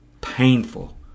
painful